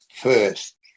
first